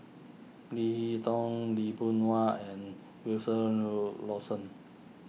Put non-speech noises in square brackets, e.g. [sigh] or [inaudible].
Leo Tong Lee Boon Wang and [unintelligible] Lawson